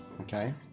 okay